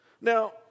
Now